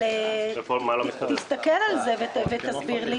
אבל תסתכל על זה ותסביר לי.